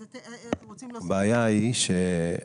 אז אתם רוצים להוסיף --- הבעיה היא שמענק